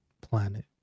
planet